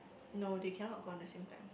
no they cannot go on the same time